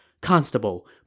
Constable